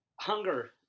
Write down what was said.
hunger